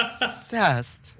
obsessed